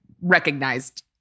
recognized